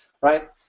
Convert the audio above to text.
right